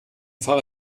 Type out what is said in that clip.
fahre